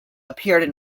appeared